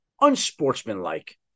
unsportsmanlike